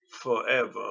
forever